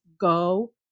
go